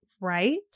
Right